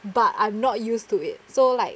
but I'm not used to it so like